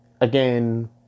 again